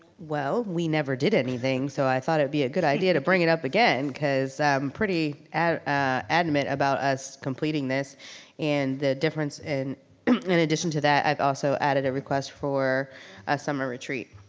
well, we never did anything so i thought it'd be a good idea to bring it up again because i'm pretty adamant about us completing this and the difference, and in addition to that i've also added a request for a summer retreat.